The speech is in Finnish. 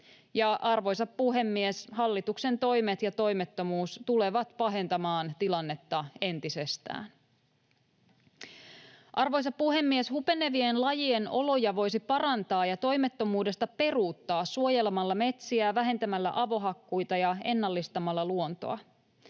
arvoisa puhemies, hallituksen toimet ja toimettomuus tulevat pahentamaan tilannetta entisestään. Arvoisa puhemies! Hupenevien lajien oloja voisi parantaa ja toimettomuudesta peruuttaa suojelemalla metsiä, vähentämällä avohakkuita ja ennallistamalla luontoa.